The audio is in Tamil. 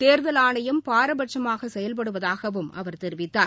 தேர்தல் ஆணையம் பாரபட்சமாக செயல்படுவதாகவும் அவர் தெரிவித்தார்